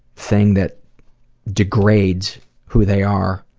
thing that degrades who they are.